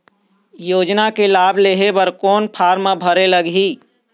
योजना के लाभ लेहे बर कोन फार्म भरे लगही?